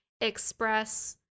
express